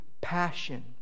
passion